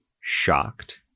shocked